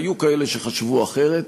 היו כאלה שחשבו אחרת.